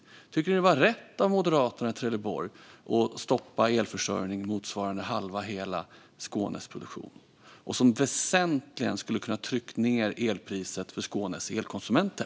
Tycker ni att det var rätt av Moderaterna i Trelleborg att stoppa elförsörjning motsvarande halva Skånes elproduktion och som väsentligen skulle ha kunnat trycka ned elpriset för Skånes elkonsumenter?